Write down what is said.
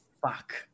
fuck